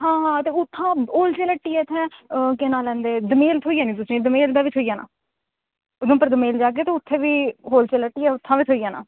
आं ते उत्थें होलसेल हट्टी ऐ उत्थें आं केह् आक्खदे दमेल थ्होई जानी तुसेंगी उधमपुर दमेल जाह्गे उत्थें बी हट्टी ऐ उत्थें बी थ्होई जाना तुसेंगी